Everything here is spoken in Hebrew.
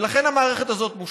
לכן המערכת הזו מושחתת,